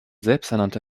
selbsternannte